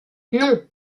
non